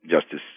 Justice